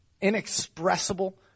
inexpressible